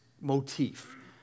motif